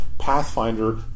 Pathfinder